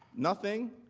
nothing